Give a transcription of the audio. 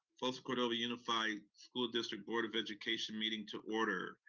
folsom cordova unified school district board of education meeting to order.